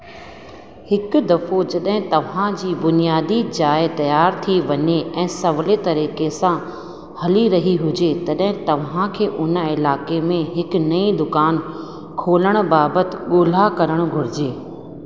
हिकु दफ़ो जॾहिं तव्हां जी बुनियादी जाइ तियारु थी वञे ऐं सवले तरीक़े सां हली रही हुजे तॾहिं तव्हां खे उन इलाइक़े में हिकु नई दुकानु खोलण बाबति ॻोल्हा करणु घुरिजे